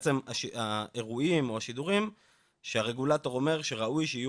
בעצם האירועים או השידורים שהרגולטור אומר שראוי שיהיו